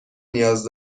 نیاز